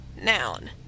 Noun